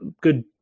good